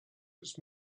its